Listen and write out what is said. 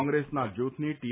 કોંગ્રેસના જૂથની ટી